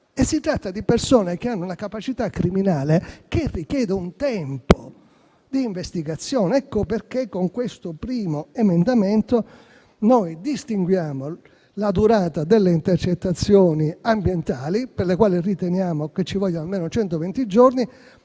si tratta di persone che hanno una capacità criminale che richiede un tempo di investigazione. Ecco perché, con questo primo emendamento, distinguiamo la durata delle intercettazioni ambientali, per le quali riteniamo che ci vogliano almeno centoventi